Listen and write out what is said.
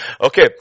Okay